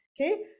okay